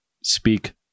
speak